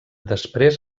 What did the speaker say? després